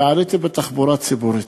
ועליתי בתחבורה ציבורית.